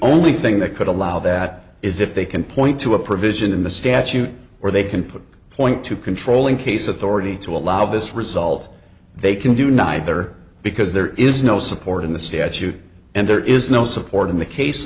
only thing that could allow that is if they can point to a provision in the statute or they can put a point to controlling case authority to allow this result they can do neither because there is no support in the statute and there is no support in the case